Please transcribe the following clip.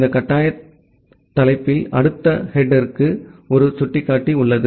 இந்த கட்டாய தலைப்பில் அடுத்த ஹெடேர்க்கு ஒரு சுட்டிக்காட்டி உள்ளது